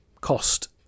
cost